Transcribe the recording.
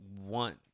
want